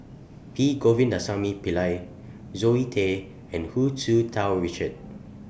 P Govindasamy Pillai Zoe Tay and Hu Tsu Tau Richard